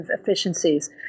efficiencies